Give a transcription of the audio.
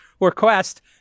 request